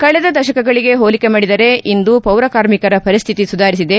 ಕಳೆದ ದಶಕಗಳಿಗೆ ಹೋಲಿಕೆ ಮಾಡಿದರೆ ಇಂದು ಪೌರಕಾರ್ಮಿಕರ ಪರಿಸ್ತಿತಿ ಸುಧಾರಿಸಿದೆ